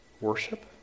Worship